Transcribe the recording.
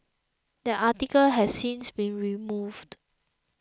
that article has since been removed